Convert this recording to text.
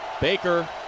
Baker